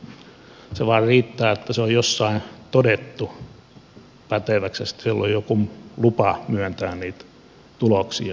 se vain riittää että hän on jossain todettu päteväksi ja sitten hänellä on joku lupa myöntää niitä tuloksia